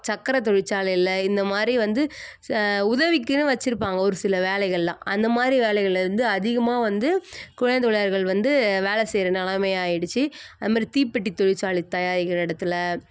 சக்கரை தொழிற்சாலையில் இந்தமாதிரி வந்து உதவிக்குன்னு வெச்சிருப்பாங்க ஒரு சில வேலைகள்லாம் அந்த மாதிரி வேலைகள்லேருந்து அதிகமாக வந்து குழந்தை தொழிலாளர்கள் வந்து வேலை செய்கிற நிலமை ஆகிடுச்சி அதுமாதிரி தீப்பெட்டி தொழிற்சாலை தயாரிக்கிற இடத்துல